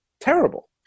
terrible